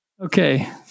Okay